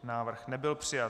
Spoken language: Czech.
Návrh nebyl přijat.